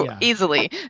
Easily